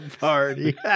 party